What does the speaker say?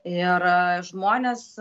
ir žmonės